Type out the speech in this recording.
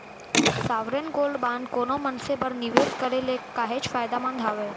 sovereign gold bond कोनो मनसे बर निवेस करे ले काहेच फायदामंद हावय